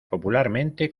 popularmente